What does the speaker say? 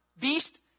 beast